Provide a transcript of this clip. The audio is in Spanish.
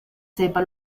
sepa